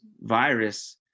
virus